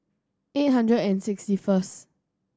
eight hundred and sixty first